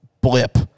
blip